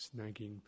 snagging